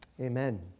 Amen